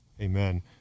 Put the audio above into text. Amen